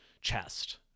chest